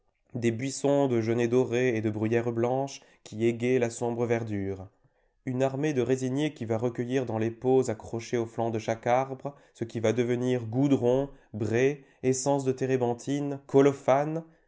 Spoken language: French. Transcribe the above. des buissons de genêts dorés et de bruyères blanches qui égaient la sombre verdure une armée de résiniers qui va recueillir dans les pots accrochés au flanc de chaque arbre ce qui va devenir goudron brai essence de térébenthine colophane